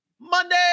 Monday